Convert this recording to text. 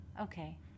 Okay